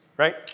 right